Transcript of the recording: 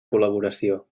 col·laboració